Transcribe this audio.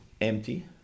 empty